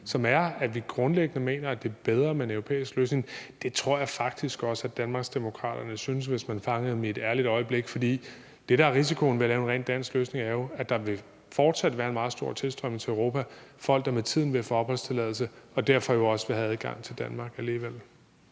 som er, at vi grundlæggende mener, at det er bedre med en europæisk løsning. Det tror jeg faktisk også at Danmarksdemokraterne synes, hvis man fangede dem i et ærligt øjeblik, for det, der er risikoen ved at lave en rent dansk løsning, er jo, at der fortsat vil være en meget stor tilstrømning til Europa af folk, der med tiden vil få opholdstilladelse og derfor jo også vil have adgang til Danmark alligevel.